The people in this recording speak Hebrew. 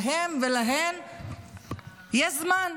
להם ולהן יש זמן.